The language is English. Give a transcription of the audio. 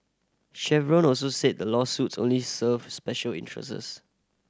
chevron also said the lawsuits only serve special interests